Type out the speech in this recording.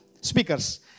speakers